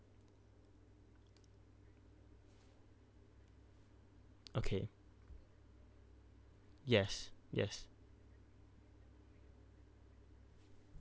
okay yes yes